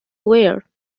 were